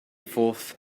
fourth